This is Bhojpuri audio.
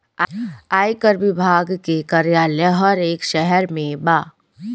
आयकर विभाग के कार्यालय हर एक शहर में बा